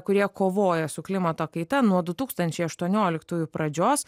kurie kovoja su klimato kaita nuo du tūkstančiai aštuonioliktųjų pradžios